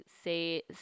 say